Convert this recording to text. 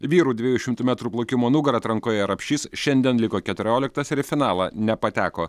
vyrų dviejų šimtų metrų plaukimo nugara atrankoje rapšys šiandien liko keturioliktas ir į finalą nepateko